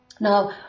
Now